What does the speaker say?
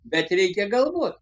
bet reikia galvot